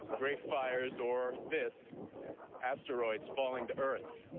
great fires, or this asteros falling to earth.